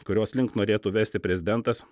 kurios link norėtų vesti prezidentas